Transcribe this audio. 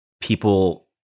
people